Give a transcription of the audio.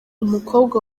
umukobwa